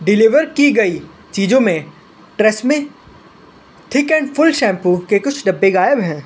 deliver कि गयी चीज़ों में Tresemme thick and full shampoo के कुछ डब्बे गायब हैं